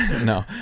No